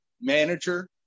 manager